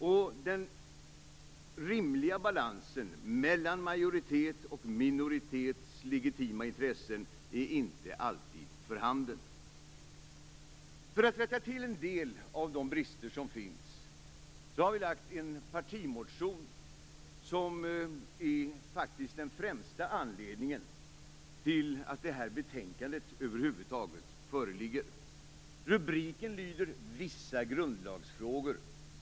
Den rimliga balansen mellan majoritetens och minoritetens legitima intressen är inte alltid för handen. För att rätta till en del av de brister som finns har vi väckt en partimotion, som är den främsta anledningen till att detta betänkande över huvud taget föreligger. Rubriken på betänkandet lyder: Vissa grundlagsfrågor.